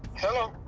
hello?